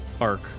arc